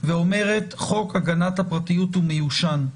ואומרת שחוק הגנת הפרטיות הוא מיושן.